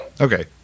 okay